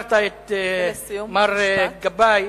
הזכרת את מר גבאי,